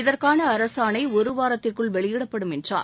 இதற்கான அரசாணை ஒருவாரத்திற்குள் வெளியிடப்படும் என்றார்